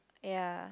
ya